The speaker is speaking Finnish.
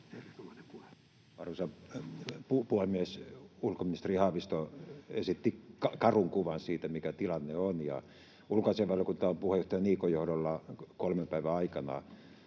puhemies! Ulkoministeri Haavisto esitti karun kuvan siitä, mikä tilanne on. Ulkoasiainvaliokunta on puheenjohtaja Niikon johdolla kolmen päivän aikana